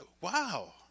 Wow